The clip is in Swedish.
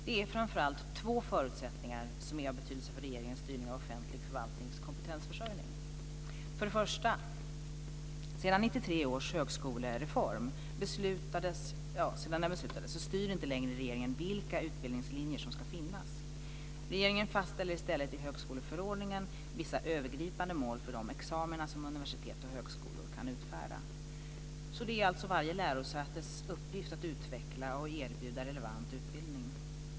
Det är framför allt två förutsättningar som är av betydelse för regeringens styrning av offentig förvaltnings kompetensförsörjning. För det första: Sedan 1993 års högskolereform beslutades styr inte längre regeringen vilka utbildningslinjer som ska finnas. Regeringen fastställer i stället i högskoleförordningen vissa övergripande mål för de examina som universitet och högskolor kan utfärda. Det är alltså varje lärosätes uppgift att utveckla och erbjuda relevant utbildning.